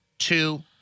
Two